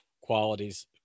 qualities